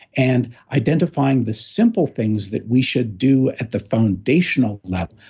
and identifying the simple things that we should do at the foundational level,